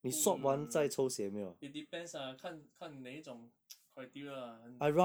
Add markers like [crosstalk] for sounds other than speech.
[noise] it depends ah 看看哪一种 [noise] criteria ah 很